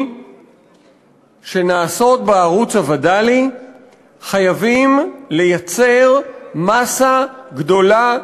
שנעשות בערוץ הווד"לי חייבים לייצר מאסה גדולה,